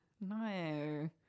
no